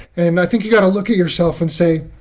and i think you got to look at yourself and say,